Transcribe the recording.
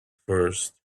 first